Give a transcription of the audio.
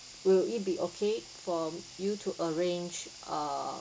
will it be okay for you to arrange uh